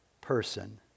person